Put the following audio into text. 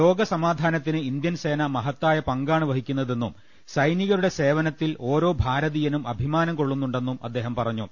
ലോക സമാധാനത്തിന് ഇന്ത്യൻസേന മഹത്തായ പങ്കാണ് വഹിക്കുന്നതെന്നും സൈനികരുടെ സേവനത്തിൽ ഓരോ ഭാരതീയനും അഭിമാനംകൊള്ളുന്നുണ്ടെന്നും അദ്ദേഹം പറഞ്ഞു